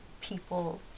people